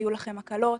היו לכם הקלות,